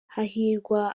hahirwa